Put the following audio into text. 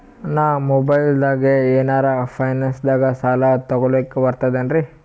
ನಾ ಮೊಬೈಲ್ದಾಗೆ ಏನರ ಫೈನಾನ್ಸದಾಗ ಸಾಲ ತೊಗೊಲಕ ಬರ್ತದೇನ್ರಿ?